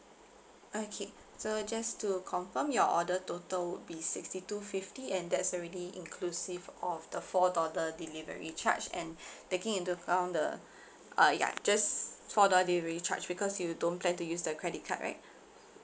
okay so just to confirm your order total would be sixty two fifty and that's already inclusive of the four dollar delivery charge and taking into account the uh ya just four dollar delivery charge because you don't plan to use the credit card right